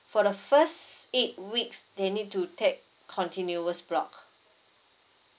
for the first eight weeks they need to take continuous block